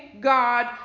God